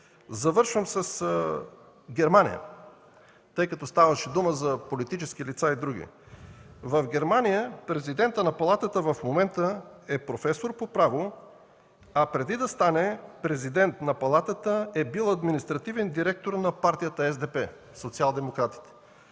Завършвам с Германия, тъй като ставаше дума за политически лица и други. В Германия президентът на Палатата в момента е професор по право, а преди да стане президент на Палата е бил административен директор на Партията СДП – социалдемократите.